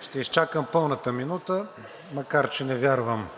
Ще изчакам пълната минута, макар че не вярвам